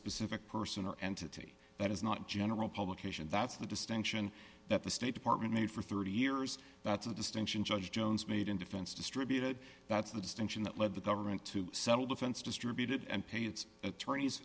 specific person or entity that is not general publication that's the distinction that the state department made for thirty years that's a distinction judge jones made in defense distributed that's the distinction that led the government to settle defense distributed and pay its attorneys